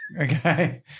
Okay